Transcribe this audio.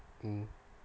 mm